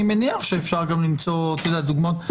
אני מניח שאפשר גם למצוא, את יודעת, דוגמאות.